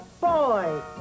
Boy